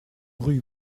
rue